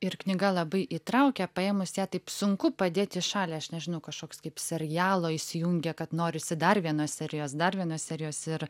ir knyga labai įtraukia paėmus ją taip sunku padėt į šalį aš nežinau kažkoks kaip serialo įsijungia kad norisi dar vienos serijos dar vienas serijos ir